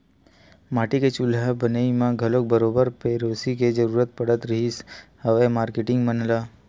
माटी के चूल्हा बनई म घलो बरोबर पेरोसी के जरुरत पड़त रिहिस हवय मारकेटिंग मन ल